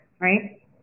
right